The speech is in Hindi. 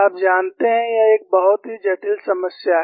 आप जानते हैं यह एक बहुत ही जटिल समस्या है